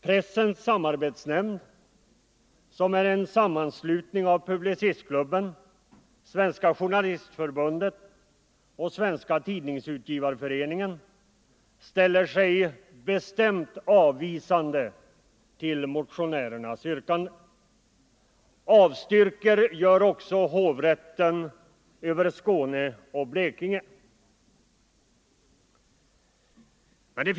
Pressens samarbetsnämnd, som är en sammanslutning av Publicistklubben, Svenska journalistförbundet och Svenska tidningsutgivareföreningen, ställer sig bestämt avvisande till motionärernas yrkande. Hovrätten över Skåne och Blekinge avstyrker också.